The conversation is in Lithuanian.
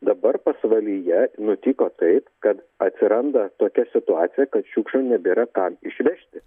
dabar pasvalyje nutiko taip kad atsiranda tokia situacija kad šiukšlių nebėra kam išvežti